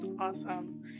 Awesome